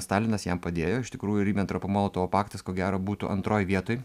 stalinas jam padėjo iš tikrųjų ribentropo molotovo paktas ko gero būtų antroj vietoj